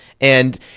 and-